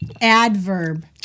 Adverb